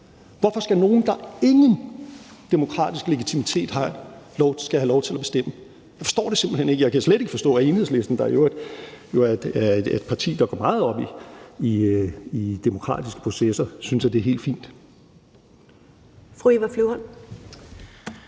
Hvorfor skal nogle, der ingen demokratisk legitimitet har, have lov til at bestemme? Jeg forstår det simpelt hen ikke. Jeg kan slet ikke forstå, at Enhedslisten, der jo er et parti, der går meget op i demokratiske processer, synes, at det er helt fint.